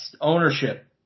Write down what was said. ownership